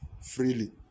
freely